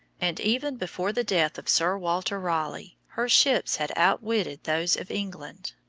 and even before the death of sir walter raleigh her ships had outwitted those of england.